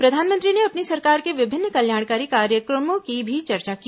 प्रधानमंत्री ने अपनी सरकार के विभिन्न कल्याणकारी कार्यक्रमों की भी चर्चा की